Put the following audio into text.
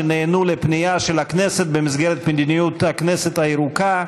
שנענה לפנייה של הכנסת במסגרת מדיניות הכנסת הירוקה,